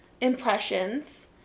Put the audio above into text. impressions